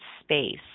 space